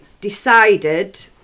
decided